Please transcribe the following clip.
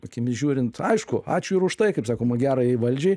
akimis žiūrint aišku ačiū ir už tai kaip sakoma gerajai valdžiai